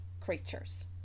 creatures